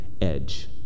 edge